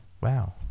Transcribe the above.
Wow